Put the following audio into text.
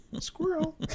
squirrel